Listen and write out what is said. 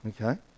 okay